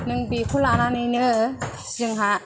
नों बेखौ लानानैनो जोंहा